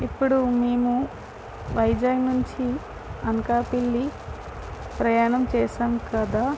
ఇప్పుడు మేము వైజాగ్ నుంచి అనకాపల్లి ప్రయాణం చేసాం కదా